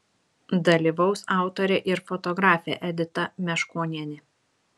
dalyvaus autorė ir fotografė edita meškonienė